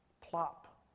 Plop